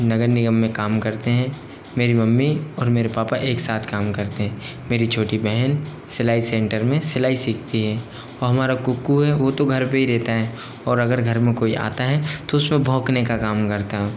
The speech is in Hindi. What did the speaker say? नगर निगम में काम करते हैं मेरी मम्मी और मेरे पापा एक साथ काम करते हैं मेरी छोटी बहन सिलाई सेंटर में सिलाई सिखती हैं औ हमारा कुक्कू है वो तो घर पे ही रहता है और अगर घर में कोई आता है तो उसपे भौंकने का काम करता है ओ